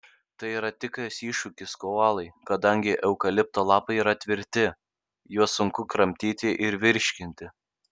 tai yra tikras iššūkis koalai kadangi eukalipto lapai yra tvirti juos sunku kramtyti ir virškinti